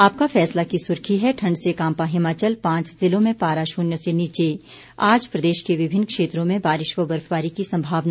आपका फैसला की सुर्खी है ठंड से कांपा हिमाचल पांच ज़िलों में पारा शून्य से नीचे आज प्रदेश के विभिन्न क्षेत्रों में बारिश व बर्फबारी की संभावना